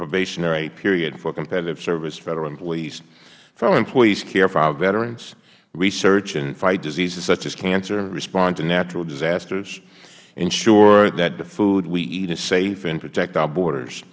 probationary period for competitive service federal employees federal employees care for our veterans research and fight diseases such as cancer respond to natural disasters ensure that the food we eat is safe and protect our borders